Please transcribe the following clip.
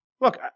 Look